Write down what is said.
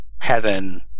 Heaven